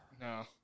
No